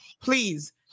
please